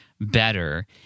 better